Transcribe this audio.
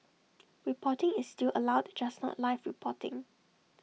reporting is still allowed just not live reporting